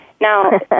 Now